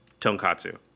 tonkatsu